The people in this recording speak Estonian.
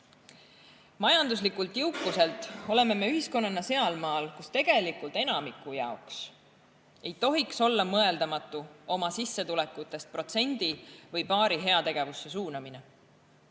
Majanduslikult jõukuselt oleme me ühiskonnana seal maal, kus tegelikult enamiku jaoks ei tohiks olla mõeldamatu oma sissetulekutest protsendi või paari heategevusse suunamine.